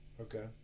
Okay